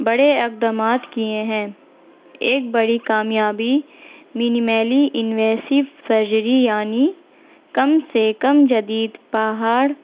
بڑے اقدامات کیے ہیں ایک بڑی کامیابی مینیمیلی انویسو سرجری یعنی کم سے کم جدید پہاڑ